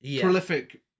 Prolific